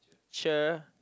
sure